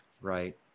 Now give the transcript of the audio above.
right